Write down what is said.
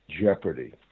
jeopardy